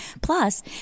Plus